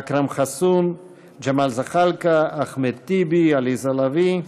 אכרם חסון, ג'מאל זחאלקה, אחמד טיבי, עליזה לביא,